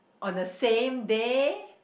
on the same day